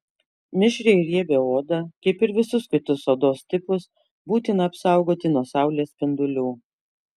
mišrią ir riebią odą kaip ir visus kitus odos tipus būtina apsaugoti nuo saulės spindulių